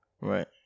right